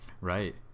right